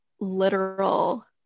literal